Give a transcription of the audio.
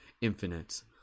infinite